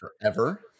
Forever